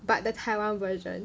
but the Taiwan version